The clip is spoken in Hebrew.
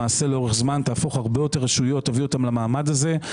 למעשה לאורך זמן תהפוך הרבה יותר רשויות ותביא אותן למעמד הזה.